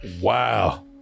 Wow